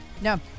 No